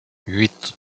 huit